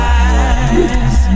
eyes